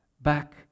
back